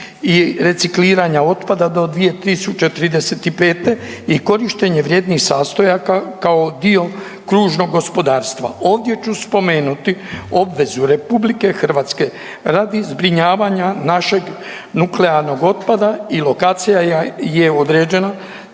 i recikliranja otpada do 2035. i korištenja vrijednih sastojaka kao dio kružnog gospodarstva. Ovdje ću spomenuti obvezu RH radi zbrinjavanja našeg nuklearnog otpada i lokacija je određena